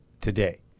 today